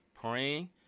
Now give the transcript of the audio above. praying